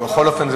בכל אופן,